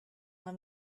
when